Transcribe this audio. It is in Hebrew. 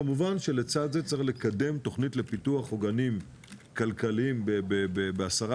כמובן שלצד זה צריך לקדם תכנית לפיתוח עוגנים כלכליים בעשרה,